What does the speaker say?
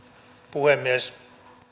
puhemies